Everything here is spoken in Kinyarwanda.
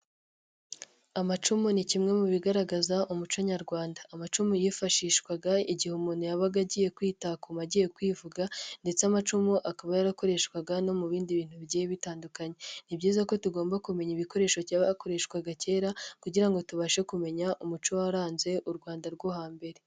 Amacumu ni kimwe mu bigaragaza umuco nyarwanda, amacumu yifashishwaga igihe umuntu yabaga agiye kwitakuma agiye kwivuga ndetse amacumu akaba yarakoreshwaga no mu bindi bintu bigiye bitandukanye; ni byiza ko tugomba kumenya ibikoresho byabakoreshwaga kera kugira ngo tubashe kumenya umuco waranze u Rwanda rwo hambere.